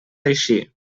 així